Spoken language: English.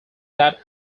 that